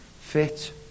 fit